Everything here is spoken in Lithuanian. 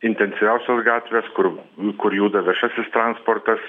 intensyviausios gatvės kur kur juda viešasis transportas